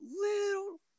little